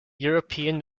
european